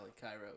Cairo